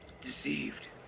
deceived